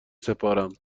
سپارم